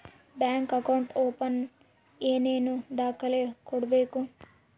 Bank account open ಏನೇನು ದಾಖಲೆ ಕೊಡಬೇಕು?